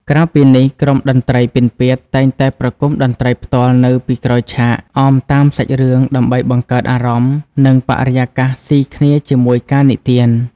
ក្រៅពីនេះ ក្រុមតន្ត្រីពិណពាទ្យតែងតែប្រគំតន្ត្រីផ្ទាល់នៅពីក្រោយឆាក អមតាមសាច់រឿងដើម្បីបង្កើតអារម្មណ៍ និងបរិយាកាសស៊ីគ្នាជាមួយការនិទាន។